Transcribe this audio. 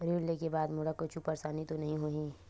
ऋण लेके बाद मोला कुछु परेशानी तो नहीं होही?